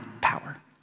power